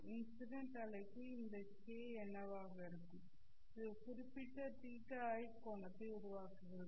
incident அலைக்கு இந்த ki என்னவாக இருக்கும் இது ஒரு குறிப்பிட்ட θi கோணத்தை உருவாக்குகிறது